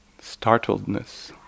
startledness